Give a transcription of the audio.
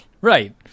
Right